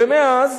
ומאז